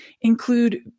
include